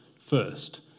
first